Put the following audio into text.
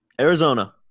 Arizona